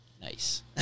Nice